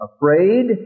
Afraid